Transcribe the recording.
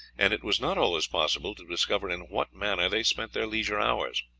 and it was not always possible to discover in what manner they spent their leisure hours.